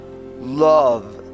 love